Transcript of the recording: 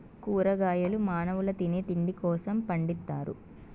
కూరగాయలు మానవుల తినే తిండి కోసం పండిత్తారు